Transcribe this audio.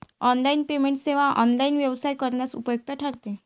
online payment सेवा online व्यवसाय करण्यास उपयुक्त आहेत